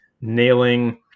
nailing